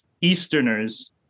Easterners